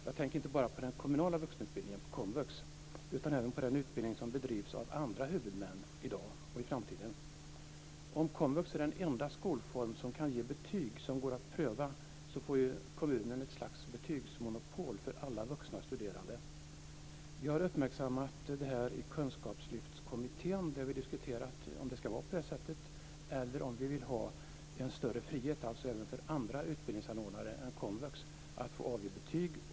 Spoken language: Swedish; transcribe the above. Jag tänker inte bara på den kommunala vuxenutbildningen - på komvux - utan även på den utbildning som bedrivs av andra huvudmän i dag och i framtiden. Om komvux är den enda skolform som kan ge betyg som går att pröva får kommunen ett slags betygsmonopol för alla vuxna studerande. Vi har uppmärksammat detta i Kunskapslyftskommittén, där vi diskuterat om det ska vara på det sättet eller om vi vill ha en större frihet även för andra utbildningsanordnare än komvux att få avge betyg.